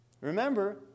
Remember